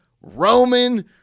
Roman